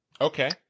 Okay